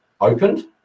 Opened